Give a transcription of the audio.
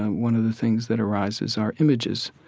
one of the things that arises are images.